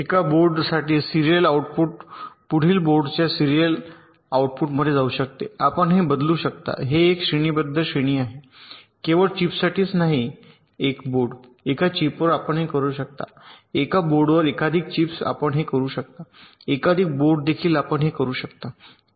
एका बोर्डसाठी serial output पुढील बोर्डच्या सिरीयल आउटपुटमध्ये जाऊ शकते आपण हे बदलू शकता हे एक श्रेणीबद्ध श्रेणी आहे केवळ चीपसाठीच नाही एक बोर्ड एका चिपवर आपण हे करू शकता एका बोर्डवर एकाधिक चिप्स आपण हे करू शकता एकाधिक बोर्ड देखील आपण हे करू शकता